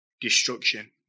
destruction